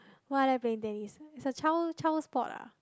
why i like playing tennis it's a child child sport ah